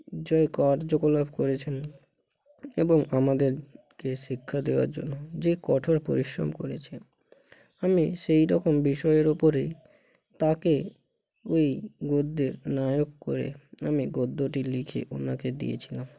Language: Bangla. যে কার্যকলাপ করেছেন এবং আমাদেরকে শিক্ষা দেওয়ার জন্য যে কঠোর পরিশ্রম করেছে আমি সেই রকম বিষয়ের উপরেই তাকে ওই গদ্যের নায়ক করে আমি গদ্যটি লিখে ওনাকে দিয়েছিলাম